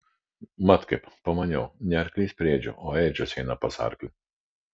mat kaip pamaniau ne arklys prie ėdžių o ėdžios eina pas arklį